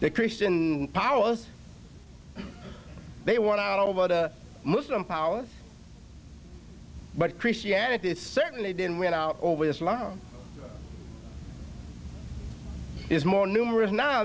other christian powers they want out over the muslim power but christianity is certainly didn't win out over this one is more numerous now